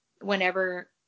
whenever